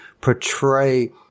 portray